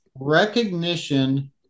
Recognition